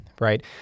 Right